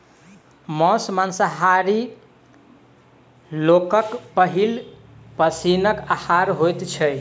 मौस मांसाहारी लोकक पहिल पसीनक आहार होइत छै